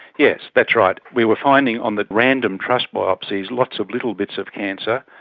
yes, that's right. we were finding on the random trus biopsies lots of little bits of cancer,